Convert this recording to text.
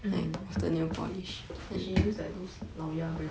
if she use like those lao ya brand lah